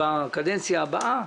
בקדנציה הבאה אנחנו